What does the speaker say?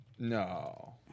No